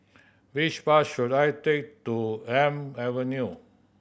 which bus should I take to Elm Avenue